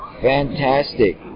Fantastic